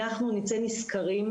אנחנו נצא נשכרים,